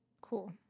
Cool